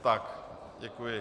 Tak, děkuji.